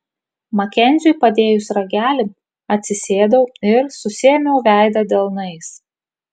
makenziui padėjus ragelį atsisėdau ir susiėmiau veidą delnais